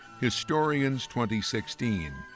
historians2016